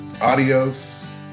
Adios